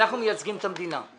אנחנו מייצגים את המדינה,